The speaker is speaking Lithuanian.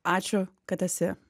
ačiū kad esi